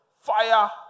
Fire